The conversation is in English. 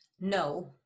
no